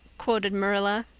quoted marilla.